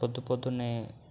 పొద్దుపొద్దున్నే